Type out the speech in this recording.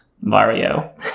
Mario